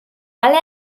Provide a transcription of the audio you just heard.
alle